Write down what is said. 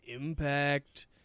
Impact